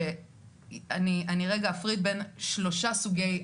אני רגע אפריד בין שלושה סוגי,